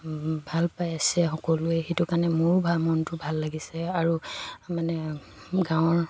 ভাল পাই আছে সকলোৱে সেইটো কাৰণে মোৰো ভাল মনটো ভাল লাগিছে আৰু মানে গাঁৱৰ